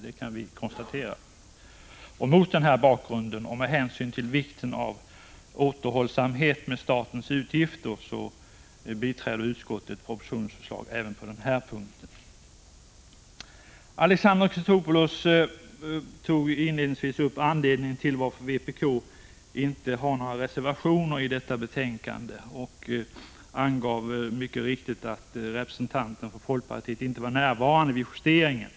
Mot denna bakgrund och med hänsyn till vikten av återhållsamhet med statens utgifter biträder utskottet propositionens förslag även på denna punkt. Alexander Chrisopoulos tog inledningsvis upp anledningen till att vpk inte har några reservationer i detta betänkande. Det beror på att representanten för vpk inte var närvarande vid justeringen.